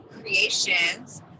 creations